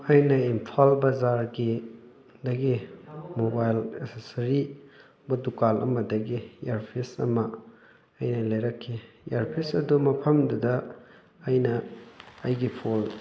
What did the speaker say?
ꯑꯩꯅ ꯏꯝꯐꯥꯜ ꯕꯖꯥꯔꯒꯤ ꯗꯒꯤ ꯃꯣꯕꯥꯏꯜ ꯑꯦꯁꯦꯁꯔꯤ ꯕ ꯗꯨꯀꯥꯟ ꯑꯃꯗꯒꯤ ꯏꯌꯥꯔꯄꯤꯁ ꯑꯃ ꯑꯩꯅ ꯂꯩꯔꯛꯈꯤ ꯏꯌꯥꯔꯄꯤꯁ ꯑꯗꯨ ꯃꯐꯝꯗꯨꯗ ꯑꯩꯅ ꯑꯩꯒꯤ ꯐꯣꯜ